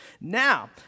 Now